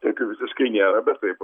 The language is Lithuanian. tokių visiškai nėra bet taip